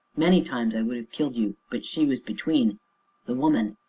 many times i would have killed you but she was between the woman.